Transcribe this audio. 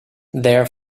their